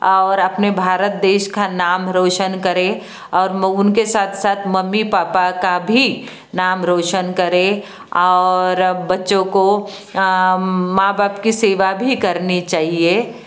और अपने भारत देश का नाम रौशन करें और उनके साथ साथ मम्मी पापा का भी नाम रोशन करें और बच्चों को माँ बाप की सेवा भी करनी चाहिए